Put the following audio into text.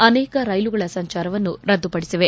ಆನೇಕ ರೈಲುಗಳ ಸಂಚಾರವನ್ನು ರದ್ದು ಪಡಿಸಿದೆ